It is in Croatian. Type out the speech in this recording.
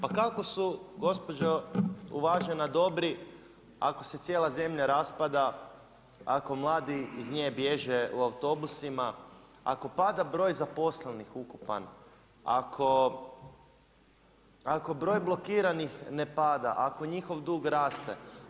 Pa kako su gospođo uvažena, dobri ako se cijela zemlja raspada, ako mladi iz nje bježe u autobusima, ako pada broj zaposlenih ukupan, ako broj blokiran ne pada, ako njihov dug raste.